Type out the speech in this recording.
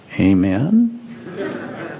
Amen